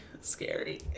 Scary